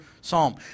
Psalm